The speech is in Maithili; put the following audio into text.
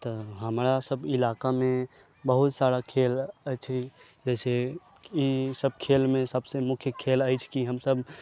तऽ हमरासब ईलाका मे बहुत सारा खेल अछि जाहिसे ईसब खेल मे मुख्य खेल अछि की हमसब